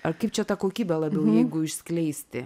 ar kaip čia tą kokybę labiau negu išskleisti